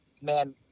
man